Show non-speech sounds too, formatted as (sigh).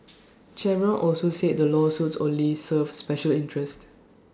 (noise) Chevron also said the lawsuits only serve special interests